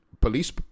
Police